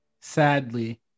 sadly